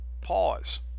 pause